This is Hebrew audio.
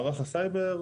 מערך הסייבר,